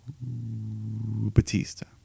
Batista